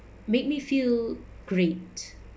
make me feel great